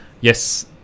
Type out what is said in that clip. Yes